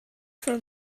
for